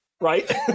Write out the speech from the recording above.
Right